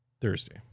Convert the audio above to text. Thursday